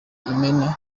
imena